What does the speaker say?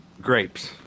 grapes